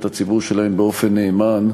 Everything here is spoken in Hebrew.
את הציבור שלהם באופן נאמן,